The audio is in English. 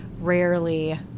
rarely